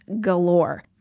galore